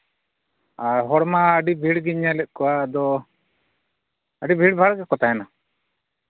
ᱟᱨ ᱦᱚᱲᱢᱟ ᱟᱹᱰᱤ ᱵᱷᱤᱲ ᱜᱮᱧ ᱧᱮᱞ ᱮᱫ ᱠᱚᱣᱟ ᱟᱫᱚ ᱟᱹᱰᱤ ᱵᱷᱤᱲ ᱵᱷᱟᱲ ᱜᱮᱠᱚ ᱛᱟᱦᱮᱱᱟ